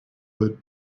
wood